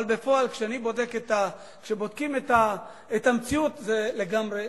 אבל בפועל, כשבודקים את המציאות, זה לגמרי